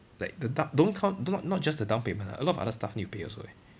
like the down don't count not not just the downpayment ah a lot of other stuff need to pay also eh